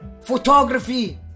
Photography